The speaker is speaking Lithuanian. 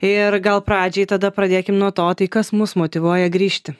ir gal pradžiai tada pradėkim nuo to tai kas mus motyvuoja grįžti